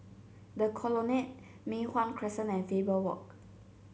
The Colonnade Mei Hwan Crescent and Faber Walk